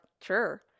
sure